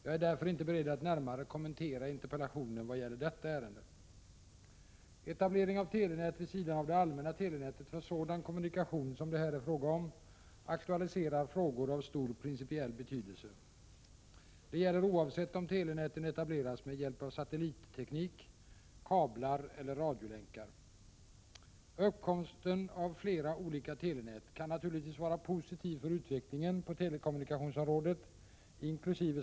Jag är därför inte beredd att närmare kommentera interpellationen vad gäller detta ärende. Etablering av telenät vid sidan av det allmänna telenätet för sådan kommunikation som det här är fråga om aktualiserar frågor av stor principiell betydelse. Det gäller oavsett om telenäten etableras med hjälp av satellitteknik, kablar eller radiolänkar. Uppkomsten av flera olika telenät kan naturligtvis vara positiv för utvecklingen på telekommunikationsområdet inkl.